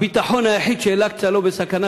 הביטחון היחיד שאל-אקצא לא בסכנה,